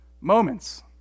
moments